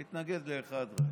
אני מתנגד רק לאחד.